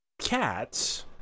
Cats